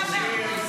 אתה והבוס,